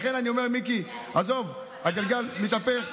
לכן אני אומר, מיקי, עזוב, הגלגל מתהפך.